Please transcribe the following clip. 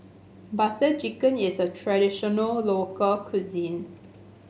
Butter Chicken is a traditional local cuisine